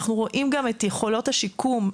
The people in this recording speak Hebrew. אנחנו רואים גם את יכולות השיקום,